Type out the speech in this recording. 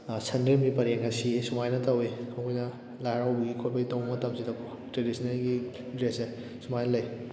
ꯁꯟꯗ꯭ꯔꯦꯝꯕꯤ ꯄꯔꯦꯡꯒ ꯁꯤꯑꯦ ꯁꯨꯃꯥꯏꯅ ꯇꯧꯏ ꯑꯩꯈꯣꯏꯅ ꯂꯥꯏ ꯍꯔꯥꯎꯕꯒꯤ ꯈꯣꯠꯄꯒꯤ ꯇꯧꯕ ꯃꯇꯝꯁꯤꯗ ꯇ꯭ꯔꯦꯗꯤꯁꯟꯅꯦꯜꯒꯤ ꯗ꯭ꯔꯦꯁꯁꯦ ꯁꯨꯃꯥꯏꯅ ꯂꯩ